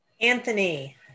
Anthony